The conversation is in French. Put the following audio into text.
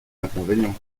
inconvénient